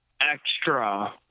extra